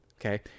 Okay